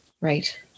Right